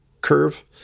curve